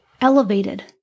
elevated